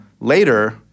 later